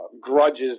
grudges